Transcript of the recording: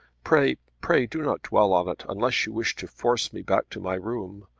pray, pray, do not dwell on it unless you wish to force me back to my room.